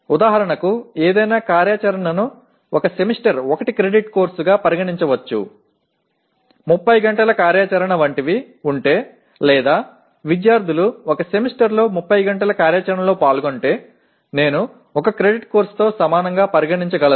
ఉదాహరణకు ఏదైనా కార్యాచరణను ఒక సెమిస్టర్లో 1 క్రెడిట్ కోర్సుగా పరిగణించవచ్చు 30 గంటల కార్యాచరణ వంటివి ఉంటే లేదా విద్యార్థులు ఒక సెమిస్టర్లో 30 గంటల కార్యాచరణలో పాల్గొంటే నేను 1 క్రెడిట్ కోర్సుతో సమానంగా పరిగణించగలను